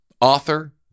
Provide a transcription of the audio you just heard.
author